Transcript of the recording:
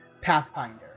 Pathfinder